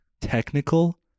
technical